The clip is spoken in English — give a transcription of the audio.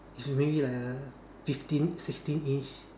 it's maybe like a fifteen sixteen inch